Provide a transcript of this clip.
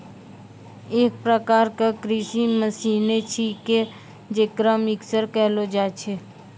एक प्रकार क कृषि मसीने छिकै जेकरा मिक्सर कहलो जाय छै